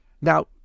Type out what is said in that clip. Now